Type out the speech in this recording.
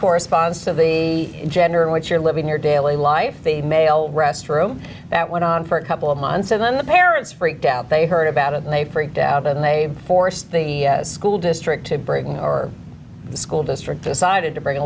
corresponds to the gender in which you're living your daily life the male restroom that went on for a couple of months and then the parents freaked out they heard about it and they freaked out and they forced the school district to break in or the school district decided to bring a